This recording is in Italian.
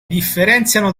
differenziano